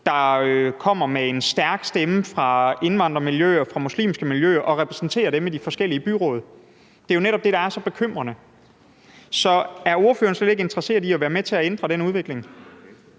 der kommer med en stærk stemme fra indvandrermiljøer og muslimske miljøer og repræsenterer dem i de forskellige byråd. Det er jo netop det, der er så bekymrende. Så er ordføreren slet ikke interesseret i at være med til ændre den udvikling?